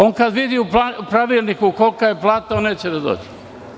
On kad vidi u pravilniku kolika je plata, on neće da dođe.